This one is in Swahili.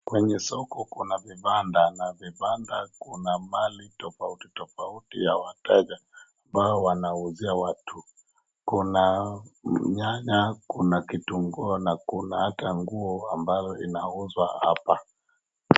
Kwenye soko kuna vibanda na vibanda kuna mali tofauti tofauti ya wateja ambao wanauzia watu. Kuna nyanya, kuna kitunguu na kuna hata nguo ambayo inauzwa hapa.